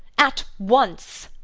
at once!